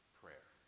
prayer